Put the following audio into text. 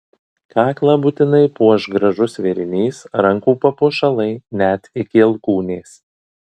kaklą būtinai puoš gražus vėrinys rankų papuošalai net iki alkūnės